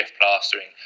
Plastering